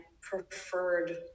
preferred